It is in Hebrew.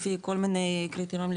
לפי כל מיני קריטריונים,